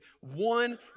one